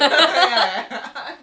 how did shah react